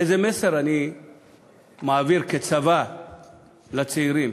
איזה מסר אני מעביר כצבא לצעירים?